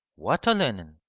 what olenin?